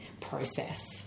process